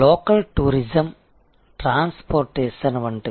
local tourism లేదా transportation వంటివి